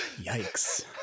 yikes